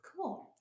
Cool